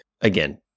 again